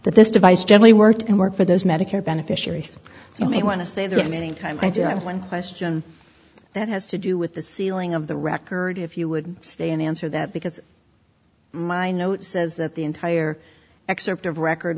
that this device generally worked and worked for those medicare beneficiaries you may want to say the same time i do have one question that has to do with the ceiling of the record if you would stay and answer that because my note says that the entire excerpt of record